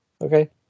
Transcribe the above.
okay